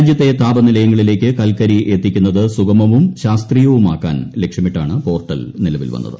രാജ്യത്തെ താപനിലയങ്ങളിലേക്ക് കൽക്കരി എത്തിക്കുന്നത് സുഗമവും ശാസ്ത്രീയവുമാക്കാൻ ലക്ഷ്യമിട്ടാണ് പോർട്ടൽ നിലവിൽ വന്നത്